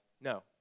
No